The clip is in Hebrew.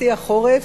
בשיא החורף,